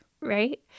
right